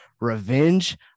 Revenge